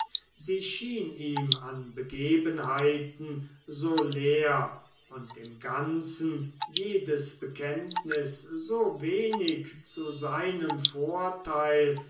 sie schien ihm an begebenheiten so leer und im ganzen jedes bekenntnis so wenig zu seinem vorteil